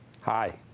Hi